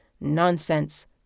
Nonsense